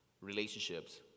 relationships